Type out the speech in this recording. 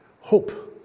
Hope